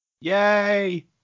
Yay